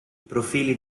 profili